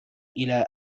إلى